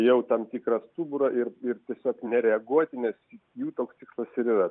jau tam tikrą stuburą ir ir tiesiog nereaguoti nes jų toks tikslas ir yra